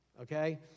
Okay